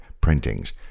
printings